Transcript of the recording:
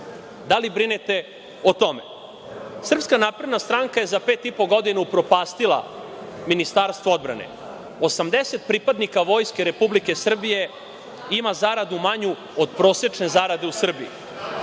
Da li brinete o tome? Srpska napredna stranka je za pet i po godina upropastila Ministarstvo odbrane, 80 pripadnika Vojske Republike Srbije ima zaradu manju od prosečne zarade u Srbiji,